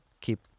keep